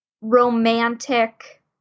romantic